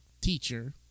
teacher